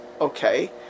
okay